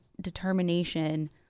determination